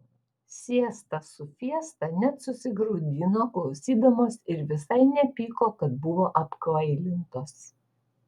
siesta su fiesta net susigraudino klausydamos ir visai nepyko kad buvo apkvailintos